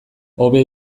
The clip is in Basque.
hobe